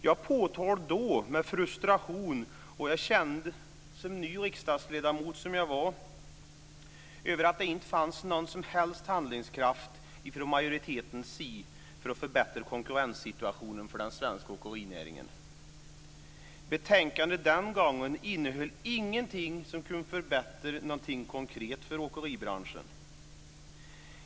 Jag påtalade då med frustration - ny riksdagsledamot som jag var - att det inte fanns någon som helst handlingskraft från majoritetens sida för att förbättra konkurrenssituationen för den svenska åkerinäringen. Betänkandet innehöll den gången ingenting som kunde förbättra någonting konkret för åkeribranschen.